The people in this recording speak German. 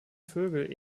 vögel